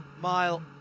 mile